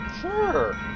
Sure